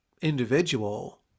Individual